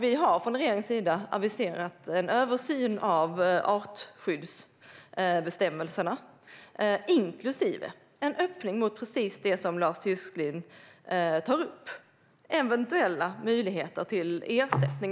Vi har från regeringens sida aviserat en översyn av artskyddsbestämmelserna inklusive en öppning mot precis det som Lars Tysklind tar upp om eventuell möjlighet till ersättning.